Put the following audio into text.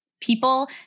people